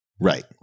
Right